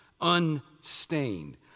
unstained